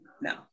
No